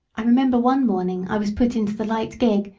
i remember one morning i was put into the light gig,